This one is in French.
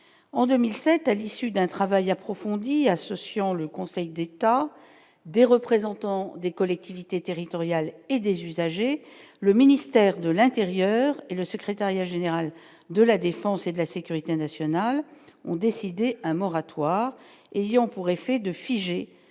en 2007, à l'issue d'un travail approfondi associant le Conseil d'État, des représentants des collectivités territoriales et des usagers, le ministère de l'Intérieur et le secrétariat général de la défense et de la sécurité nationale ont décidé un moratoire ayant pour effet de figer